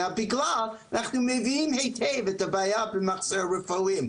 בגלל שאנחנו מבינים היטב את הבעיה במחסור רופאים,